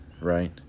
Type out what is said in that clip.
right